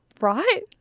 right